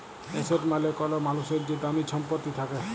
asset মালে কল মালুসের যে দামি ছম্পত্তি থ্যাকে